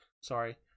sorry